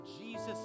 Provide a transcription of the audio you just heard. Jesus